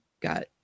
got